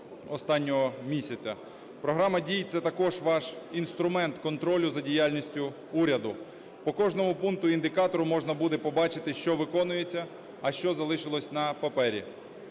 Програма дій – це також ваш інструмент контролю за діяльністю уряду. По кожному пункту і індикатору можна буде побачити, що виконується, а що залишилось на папері.